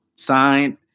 signed